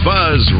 Buzz